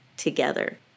together